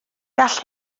gall